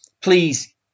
please